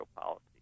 policy